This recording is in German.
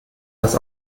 das